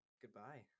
goodbye